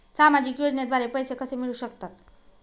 सामाजिक योजनेद्वारे पैसे कसे मिळू शकतात?